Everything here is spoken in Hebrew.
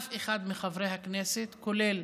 אף אחד מחברי הכנסת, כולל